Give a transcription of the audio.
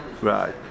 Right